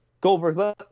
Goldberg –